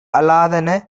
அலாதன